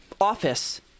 office